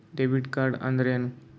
Debit ಕಾರ್ಡ್ಅಂದರೇನು?